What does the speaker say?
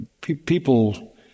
People